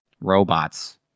robots